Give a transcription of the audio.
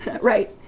Right